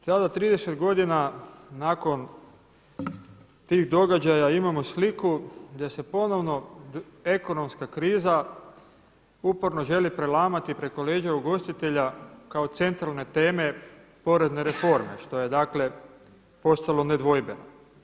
Tada 30 godina nakon tih događaja imamo sliku gdje se ponovno ekonomska kriza uporno želi prelamati preko leđa ugostitelja kao centralne teme porezne reforme što je dakle postalo nedvojbeno.